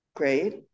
great